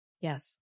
Yes